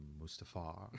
Mustafa